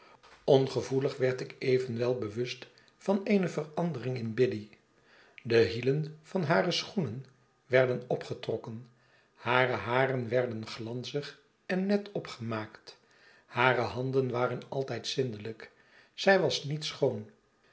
ongevoelig werd ik even wel bewust van eene verandering in biddy de hielen van hare schoenen werden opgetrokken hare haren werden glanzig en net opgemaakt hare handen waren altijd zindelijk zij was niet schoon